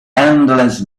endless